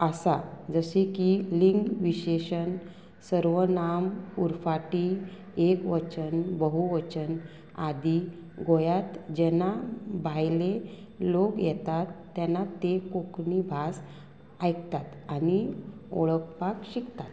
आसा जशें की लिंग विशेशण सर्वनाम उरफाटी एक वचन बहू वचन आदी गोंयांत जेन्ना भायले लोक येतात तेन्ना ते कोंकणी भास आयकतात आनी ओळखपाक शिकतात